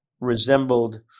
resembled